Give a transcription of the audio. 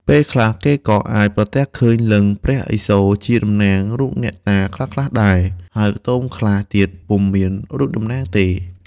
ពេលខ្លះគេក៏អាចប្រទះឃើញលិង្គព្រះឥសូរជាតំណាងរូបអ្នកតាខ្លះៗដែរ ហើយខ្ទមខ្លះទៀតពុំមានរូបតំណាងទេ។